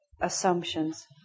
assumptions